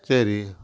சரி